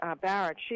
Barrett